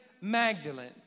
Magdalene